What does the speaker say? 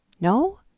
No